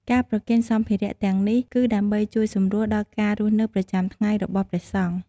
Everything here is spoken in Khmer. ការប្រគេនសម្ភារៈទាំងនេះ គឺដើម្បីជួយសម្រួលដល់ការរស់នៅប្រចាំថ្ងៃរបស់ព្រះសង្ឃ។